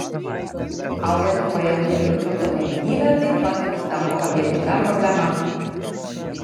auganti pajamų ir turto nelygybė taip pat tampa objektyvia problema